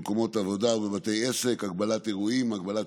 ההכרזה מוצע לתת לממשלה סמכויות נרחבות להתקין תקנות שיגבילו את